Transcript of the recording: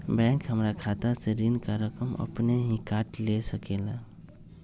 Bank हमार खाता से ऋण का रकम अपन हीं काट ले सकेला?